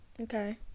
Okay